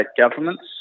governments